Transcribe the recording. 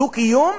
דו-קיום.